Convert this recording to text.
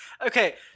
Okay